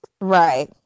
Right